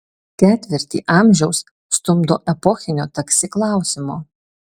ketvirtį amžiaus stumdo epochinio taksi klausimo